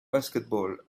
basketball